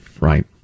Right